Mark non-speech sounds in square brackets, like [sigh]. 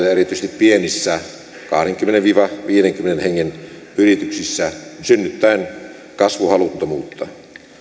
[unintelligible] ja erityisesti pienissä kahdenkymmenen viiva viidenkymmenen hengen yrityksissä synnyttää kasvuhaluttomuutta